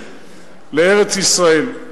לארץ-ישראל.